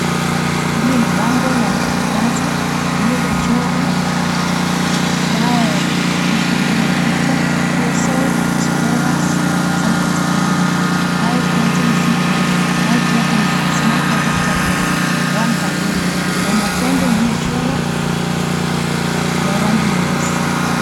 Hili ni bango la matangazo lililochorwa dawa ya virutubisho iliyoandikwa, Feosol Phosphorus Sulfate Iron, High Potency Iron, High Potency, Small Coated Tablets, One per Day. Na ina tembe iliyochorwa ya rangi nyeusi.